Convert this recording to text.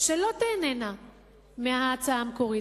שלא תיהנה מההצעה המקורית,